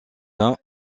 l’un